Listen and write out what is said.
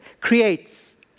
creates